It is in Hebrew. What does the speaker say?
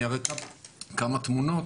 ואני אראה כמה תמונות,